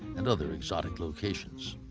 and other exotic locations.